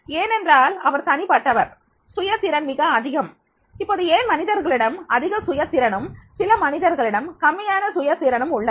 ஏனென்றால் அவர் தனிப்பட்டவர் சுய திறன் மிக அதிகம் இப்போது ஏன் சில மனிதர்களிடம் அதிக சுய திறனும் சில மனிதர்களிடம் கம்மியான சுய திறனும் உள்ளது